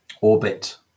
orbit